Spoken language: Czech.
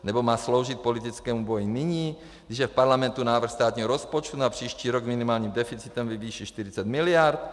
Nebo má sloužit k politickému boji nyní, když je v parlamentu návrh státního rozpočtu na příští rok s minimálním deficitem ve výši 40 mld.?